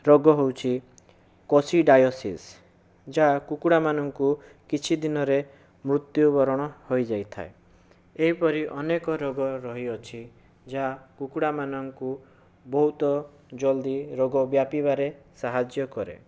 ରୋଗ ହେଉଛି କୋସିଡାୟୋସିସ ଯାହା କୁକୁଡ଼ା ମାନଙ୍କୁ କିଛି ଦିନରେ ମୃତ୍ୟୁବରଣ ହୋଇଯାଇଥାଏ ଏହିପରି ଅନେକ ରୋଗ ରହିଅଛି ଯାହା କୁକୁଡ଼ାମାନଙ୍କୁ ବହୁତ ଜଲଦି ରୋଗ ବ୍ୟାପିବାରେ ସାହାଯ୍ୟ କରେ